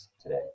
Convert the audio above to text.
today